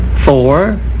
Four